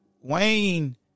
Wayne